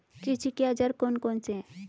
कृषि के औजार कौन कौन से हैं?